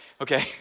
okay